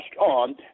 on